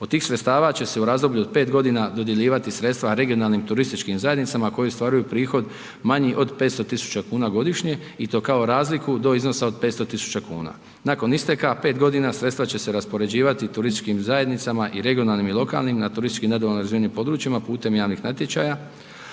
od tih sredstava će se u razdoblju od 5 godina dodjeljivati sredstva regionalnim turističkim zajednicama koje ostvaruju prihod manji od 500 tisuća kuna godišnje i to kao razliku do iznosa od 500 tisuća kuna. Nakon isteka 5 godina, sredstva će se raspoređivati turističkim zajednicama i regionalnim i lokalnim na turistički nedovoljno razvijenim područjima putem javnih natječaja,